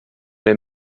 les